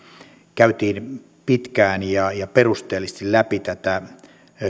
käytiin pitkään ja ja perusteellisesti läpi tätä